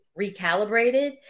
recalibrated